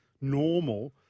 normal